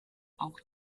auch